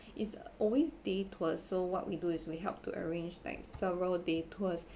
it's always day tour so what we do is we help to arrange like several day tours